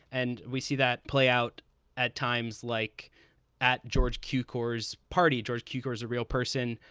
and we see that play out at times like at george q cause party. george cukor is a real person.